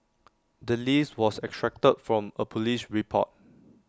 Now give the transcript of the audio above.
the list was extracted from A Police report